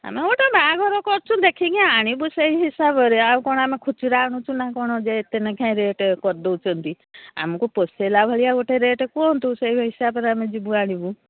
ଆମେ ଗୋଟେ ବାହାଘର କରୁଛୁ ଦେଖିକି ଆଣିବୁ ସେଇ ହିସାବରେ ଆଉ କ'ଣ ଆମେ ଖୁଚୁରା ଆଣୁଛୁ ନା କ'ଣ ଯେ ଏତେ ଲେଖାଏଁ ରେଟ୍ କରିଦେଉଛନ୍ତି ଆମକୁ ପୋଷେଇଲା ଭଳିଆ ଗୋଟେ ରେଟ୍ କୁହନ୍ତୁ ସେଇ ହିସାବରେ ଆମେ ଯିବୁ ଆଣିବୁ